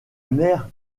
mère